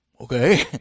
okay